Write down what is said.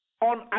on